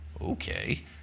Okay